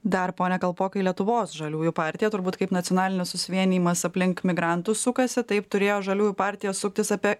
dar pone kalpokai lietuvos žaliųjų partija turbūt kaip nacionalinis susivienijimas aplink migrantus sukasi taip turėjo žaliųjų partija suktis apie